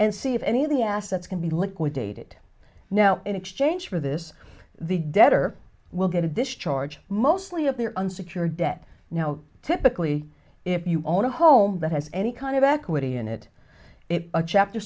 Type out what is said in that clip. and see if any of the assets can be liquidated now in exchange for this the debtor will get a discharge mostly of their unsecured debt now typically if you own a home that has any kind of equity in it it a chapter